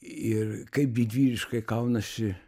ir kaip didvyriškai kaunasi